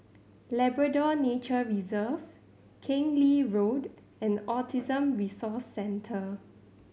Labrador Nature Reserve Keng Lee Road and Autism Resource Centre